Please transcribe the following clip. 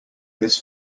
this